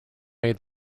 made